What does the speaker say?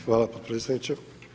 Hvala potpredsjedniče.